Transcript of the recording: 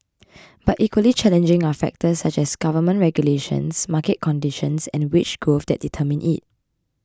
but equally challenging are factors such as government regulations market conditions and wage growth that determine it